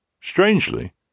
Strangely